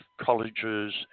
colleges